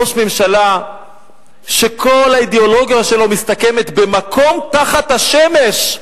ראש ממשלה שכל האידיאולוגיה שלו מסתכמת ב"מקום תחת השמש",